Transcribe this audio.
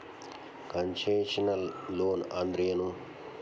Concessional loan ಅಂದ್ರೇನು?